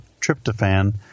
tryptophan